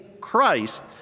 Christ